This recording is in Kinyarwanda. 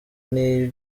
niyo